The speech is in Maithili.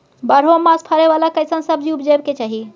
बारहो मास फरै बाला कैसन सब्जी उपजैब के चाही?